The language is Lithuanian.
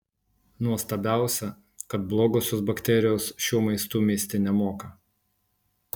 nuostabiausia kad blogosios bakterijos šiuo maistu misti nemoka